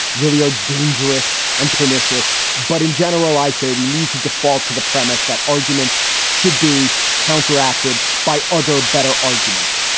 really are dangerous and pernicious. but in general, i say we need to default to the premise that arguments should be counteracted by other better arguments.